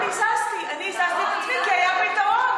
בזמן שעולה מישהו אחר,